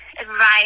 advice